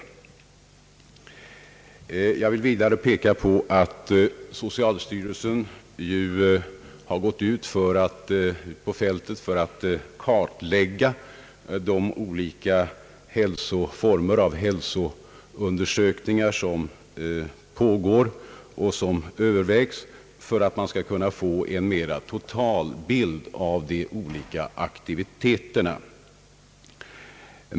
Vidare vill jag peka på att socialstyrelsen nu gör en kartläggning av de olika former av hälsoundersökningar som förekommer ute på fältet eller som övervägs. På det sättet bör man kunna få en helhetsbild av de olika aktiviteterna.